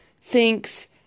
thinks